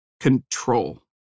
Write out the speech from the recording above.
control